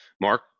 Mark